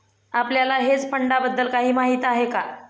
आपल्याला हेज फंडांबद्दल काही माहित आहे का?